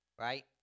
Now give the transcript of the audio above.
right